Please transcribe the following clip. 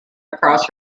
across